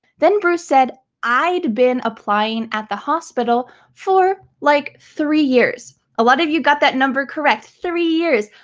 then bruce said, i'd been applying at the hospital for like three years. a lot of you got that number correct, three years,